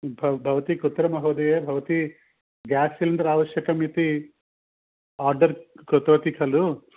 भवती कुत्र महोदये भवती गेस् सिलिण्डर् आवश्यकमिति आर्डर् कृतवती खलु